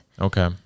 okay